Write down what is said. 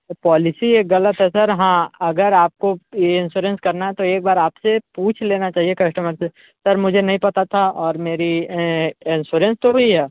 sir policy ये गलत है सर हाँ अगर आपको ये इन्षुरेन्स करना है तो एक बार आप से पूछ लेना चाहिए कस्टमर से सर मुझे नहीं पता था और मेरी इन्षुरेन्स तो हुई है